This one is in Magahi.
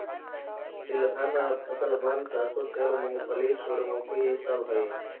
तिलहन फसलबन सरसों तेल, मूंगफली, सूर्यमुखी ई सब हई